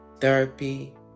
Therapy